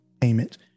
payment